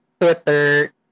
Twitter